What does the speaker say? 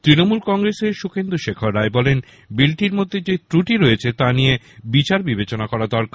তৃণমূল কংগ্রেসের সুখেন্দুশেখর রায় বলেন বিলটির মধ্যে যে ক্রটি রয়েছে তা নিয়ে বিচার বিবেচনা করা দরকার